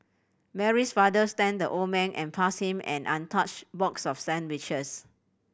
Mary's father thanked the old man and passed him an untouched box of sandwiches